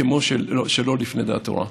כמו שלו לפני דעת תורה,